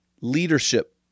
leadership